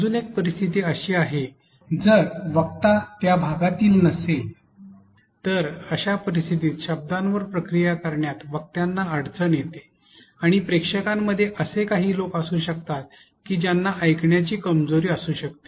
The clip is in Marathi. अजून एक परिस्थिती अशी आहे की जर वक्ता त्या भागातील नसेल तर अश्या परिस्थितीत शब्दांवर प्रक्रिया करण्यात वक्तांना अडचण येते आणि प्रेक्षकांमध्ये असे काही लोक असू शकतात की ज्यांना ऐकण्याची कमजोरी असू शकते